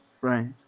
Right